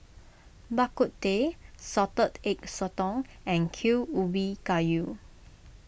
Bak Kut Teh Salted Egg Sotong and Kuih Ubi Kayu